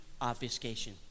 obfuscation